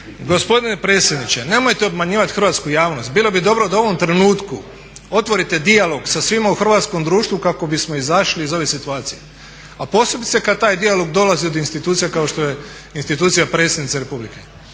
gospodine predsjedniče nemojte obmanjivati hrvatsku javnost. Bilo bi dobro da u ovom trenutku otvorite dijalog sa svima u hrvatskom društvo kako bismo izašli iz ove situacije a posebice kada taj dijalog dolazi od institucija kao što je institucija predsjednice Republike.